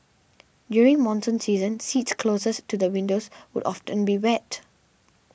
during monsoon season seats closest to the windows would often be wet